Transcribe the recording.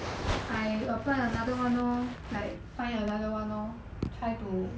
I to apply another one lor like find another one lor try to